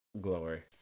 Glory